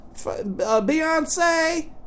Beyonce